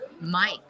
Mike